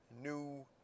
new